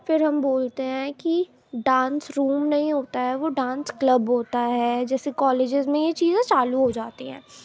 پھر ہم بولتے ہیں کہ ڈانس روم نہیں ہوتا ہے وہ ڈانس کلب ہوتا ہے جیسے کالجیز میں یہ چیزیں چالو ہو جاتی ہیں